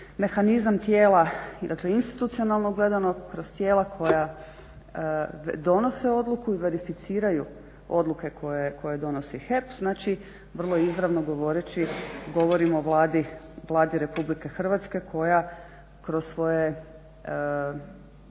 mehanizam tijela dakle institucionalno gledano kroz tijela koja donose odluku i verificiraju odluke koje donosi HEP, znači vrlo izravno govoreći govorimo Vladi RH koja kroz svoje